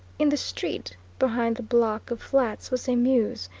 in the street behind the block of flats was a mews,